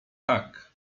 tak